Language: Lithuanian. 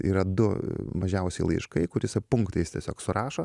yra du mažiausiai laiškai kur isa punktais tiesiog surašo